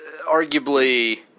arguably